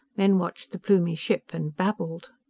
men watched the plumie ship and babbled.